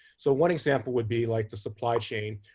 so one example would be like the supply chain,